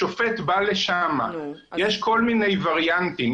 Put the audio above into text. השופט בא לשם, יש כל מיני וריאנטים.